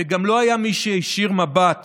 וגם לא היה מי שהישיר מבט